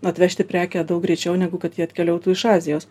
atvežti prekę daug greičiau negu kad ji atkeliautų iš azijos